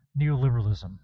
neoliberalism